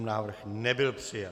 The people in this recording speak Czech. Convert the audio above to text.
Návrh nebyl přijat.